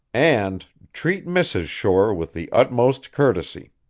and treat mrs. shore with the utmost courtesy.